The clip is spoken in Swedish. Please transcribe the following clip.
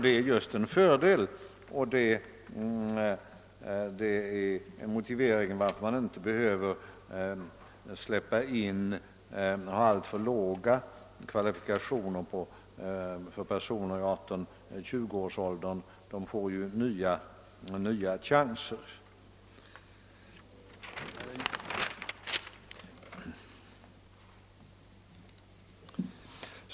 Det är en fördel, och det är motiveringen till att man inte behöver ha alltför låga kvalifikationskrav på personer i 18— 20-årsåldern — de får ju nya chanser.